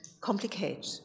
complicate